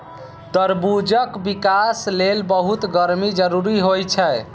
तरबूजक विकास लेल बहुत गर्मी जरूरी होइ छै